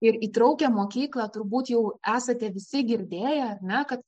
ir įtraukią mokyklą turbūt jau esate visi girdėję ar ne kad